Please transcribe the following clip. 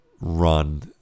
run